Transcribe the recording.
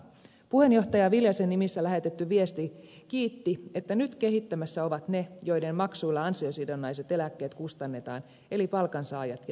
puheenjohtaja viljasen nimissä lähetetty viesti kiitti että nyt kehittämässä ovat ne joiden maksuilla ansiosidonnaiset eläkkeet kustannetaan eli palkansaajat ja työnantajat